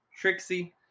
Trixie